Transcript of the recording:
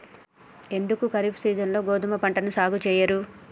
ఎందుకు ఖరీఫ్ సీజన్లో గోధుమ పంటను సాగు చెయ్యరు?